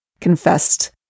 confessed